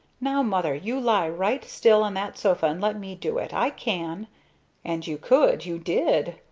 now mother you lie right still on that sofa and let me do it! i can and you could you did!